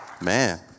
Man